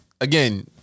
again